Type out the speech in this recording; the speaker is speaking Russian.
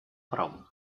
праву